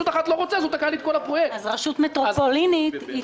זה לא הרכבל של החרמון, זה